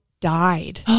died